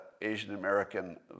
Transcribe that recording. Asian-American